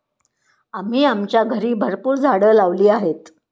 आम्ही आमच्या घरी भरपूर झाडं लावली आहेत